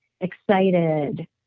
excited